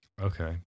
Okay